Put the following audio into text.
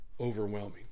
overwhelming